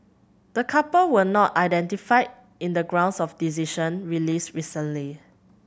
the couple were not identified in the grounds of decision released recently